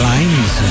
Lines